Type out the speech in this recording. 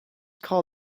call